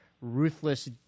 ruthless